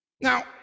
Now